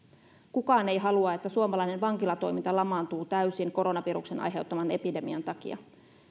kukaan ei halua että suomalainen vankilatoiminta lamaantuu täysin koronaviruksen aiheuttaman epidemian takia